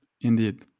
indeed